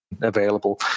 available